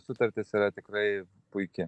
sutartis yra tikrai puiki